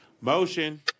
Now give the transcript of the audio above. Motion